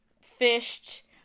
fished